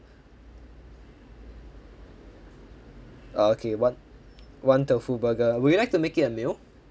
ah okay one one tofu burger would you like to make it a meal